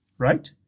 right